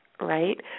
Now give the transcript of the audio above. right